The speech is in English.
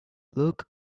look